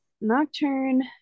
Nocturne